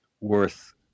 worth